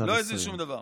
לא הזיז שום דבר.